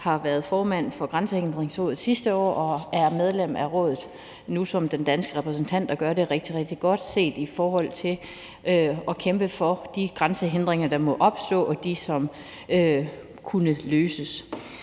har været formand for Grænsehindringsrådet sidste år og nu er medlem af rådet som den danske repræsentant, og han gør det rigtig, rigtig godt i forhold til at kæmpe for, at de grænsehindringer, der måtte opstå, kan løses.